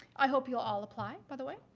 i hope you all apply, by the way.